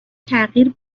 تغییر